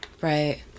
Right